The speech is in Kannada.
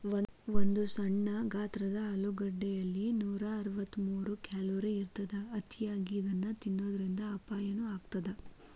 ಒಂದು ಸಣ್ಣ ಗಾತ್ರದ ಆಲೂಗಡ್ಡೆಯಲ್ಲಿ ನೂರಅರವತ್ತಮೂರು ಕ್ಯಾಲೋರಿ ಇರತ್ತದ, ಅತಿಯಾಗಿ ಇದನ್ನ ತಿನ್ನೋದರಿಂದ ಅಪಾಯನು ಆಗತ್ತದ